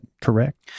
correct